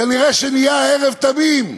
כנראה נהיית הערב תמים,